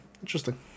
interesting